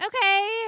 Okay